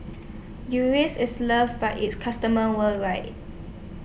Eucerin IS loved By its customers worldwide